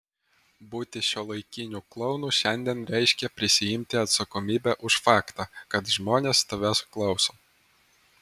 būti šiuolaikiniu klounu šiandien reiškia prisiimti atsakomybę už faktą kad žmonės tavęs klauso